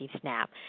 SNAP